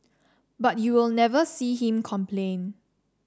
but you will never see him complain